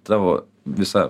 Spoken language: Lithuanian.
tavo visa